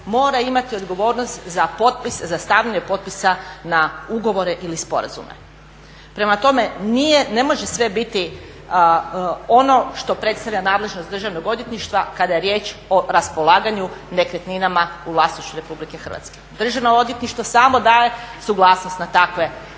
mora imati odgovornost za stavljanje potpisa na ugovore ili sporazume. Prema tome, ne može sve biti ono što predstavlja nadležnost državnog odvjetništva kada je riječ o raspolaganju nekretninama u vlasništvu RH. Državno odvjetništvo samo daje suglasnost na takve